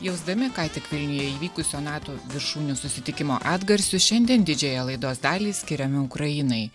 jausdami ką tik vilniuje įvykusio nato viršūnių susitikimo atgarsius šiandien didžiąją laidos dalį skiriame ukrainai